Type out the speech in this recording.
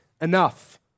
enough